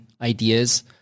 ideas